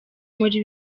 muri